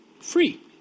Free